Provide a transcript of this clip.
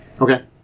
Okay